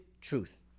truth